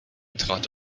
betrat